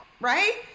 right